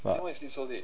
but